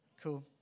Cool